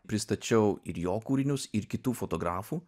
pristačiau ir jo kūrinius ir kitų fotografų